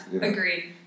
Agreed